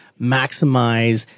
maximize